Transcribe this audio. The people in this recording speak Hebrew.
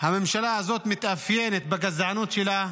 הממשלה הזאת מתאפיינת בגזענות שלה,